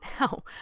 Now